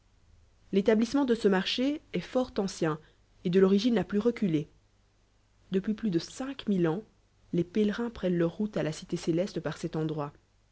l'établissement de ce marcbé est fort ancien et de l'origine la plus reculée depuis plus de cinq mille ans les pélerins prennent leur rontc à la cité céleste par cet endrqit